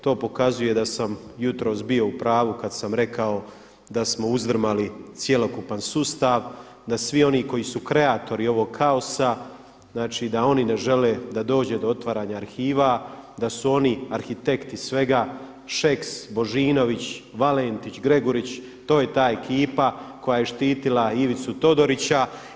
To pokazuje da sam jutros bio u prvu kada sam rekao da smo uzdrmali cjelokupan sustav, da svi oni koji su kreatori ovog kaosa da oni ne žele da dođe do otvaranja arhiva, da su oni arhitekti svega Šeks, Božinović, Valentić, Gregurić to je ta ekipa koja je štitila Ivicu Todorića.